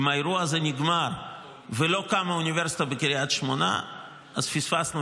אם האירוע הזה נגמר ולא קמה אוניברסיטה בקריית שמונה אז פספסנו,